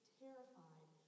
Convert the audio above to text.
terrified